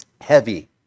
heavy